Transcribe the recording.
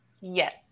Yes